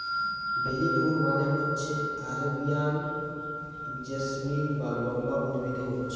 বেলি ফুল মানে হচ্ছে আরেবিয়ান জেসমিন যা লম্বা উদ্ভিদে হচ্ছে